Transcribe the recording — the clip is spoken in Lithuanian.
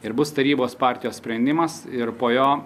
ir bus tarybos partijos sprendimas ir po jo